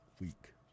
week